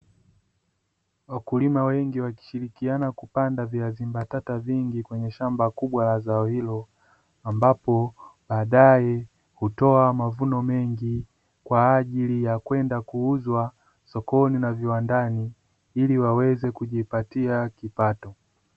Wakulima wengi wakishirikiana kupanda viazi mbatata vingi kwenye shamba kubwa la zao hilo, ambapo badae hutoa mavuno mengi kwa ajili ya kwenda kuuzwa sokoni na viwandani iliwaweze kujipatia kipato.